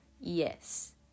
yes